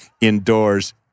indoors